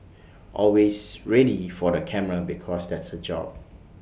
always ready for the camera because that's her job